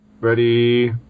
ready